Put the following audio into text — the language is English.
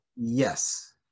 Yes